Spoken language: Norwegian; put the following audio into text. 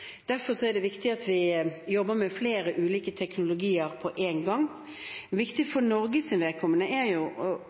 Derfor er det viktig at vi jobber med flere ulike teknologier på en gang. Viktig for Norges vedkommende, og det må man ta inn over seg, er